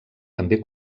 també